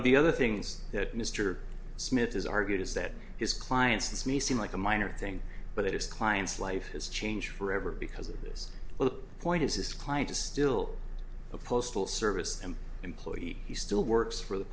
of the other things that mr smith has argued is that his clients this may seem like a minor thing but it is client's life has changed forever because at this point his client is still a postal service and employee he still works for the